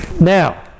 now